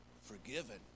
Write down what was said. forgiven